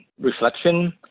reflection